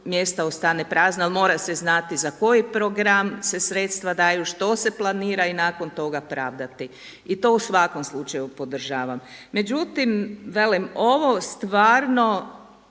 mjesta ostane prazno ali mora se znati za koji program se sredstva daju, što se planira i nakon toga pravdati. I to u svakom slučaju podržavam. Međutim, velim ovo stvarno